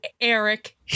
eric